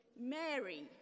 Mary